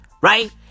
Right